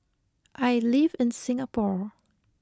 I live in Singapore